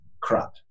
crap